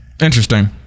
Interesting